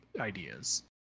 ideas